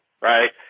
right